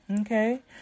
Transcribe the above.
okay